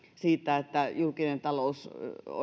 siitä että julkinen talous